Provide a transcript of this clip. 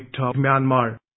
Myanmar